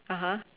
(uh huh)